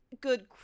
good